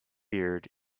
beard